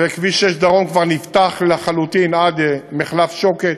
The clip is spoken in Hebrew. וכביש 6 דרום כבר נפתח לחלוטין עד מחלף שוקת,